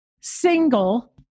single